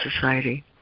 Society